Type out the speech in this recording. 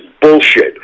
bullshit